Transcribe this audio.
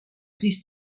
siis